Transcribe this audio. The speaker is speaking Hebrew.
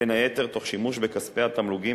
בין היתר תוך שימוש בכספי התמלוגים